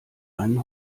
einen